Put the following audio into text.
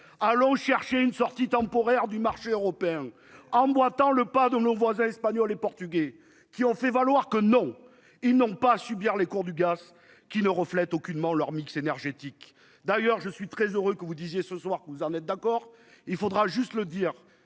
allô chercher une sortie temporaire du marché européen, emboîtant le pas de nos voisins espagnols et portugais qui ont fait valoir que non, ils n'ont pas à subir les cours du gaz qui ne reflète aucunement leur mix énergétique, d'ailleurs, je suis très heureux que vous disiez ce soir que vous en êtes d'accord, il faudra juste le dire